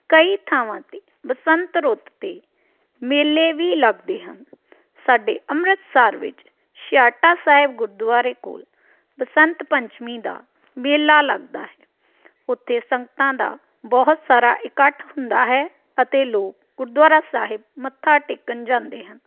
ਕਈ ਥਾਵਾਂ 'ਤੇ ਬਸੰਤ ਰੁੱਤ 'ਤੇ ਮੇਲੇ ਵੀ ਲੱਗਦੇ ਹਨ ਸਾਡੇ ਅੰਮ੍ਰਿਤਸਰ ਵਿੱਚ ਛਿਆਟਾ ਸਾਹਿਬ ਗੁਰਦੁਆਰੇ ਕੋਲ ਬਸੰਤ ਪੰਚਮੀ ਦਾ ਮੇਲਾ ਲੱਗਦਾ ਹੈ ਉਥੇ ਸੰਗਤਾਂ ਦਾ ਬਹੁਤ ਸਾਰਾ ਇਕੱਠ ਹੁੰਦਾ ਹੈ ਅਤੇ ਲੋਕ ਗੁਰਦੁਆਰਾ ਸਾਹਿਬ ਮੱਥਾ ਟੇਕਣ ਜਾਂਦੇ ਹਨ